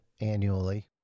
annually